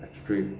extreme